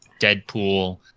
Deadpool